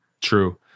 true